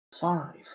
Five